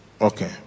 Okay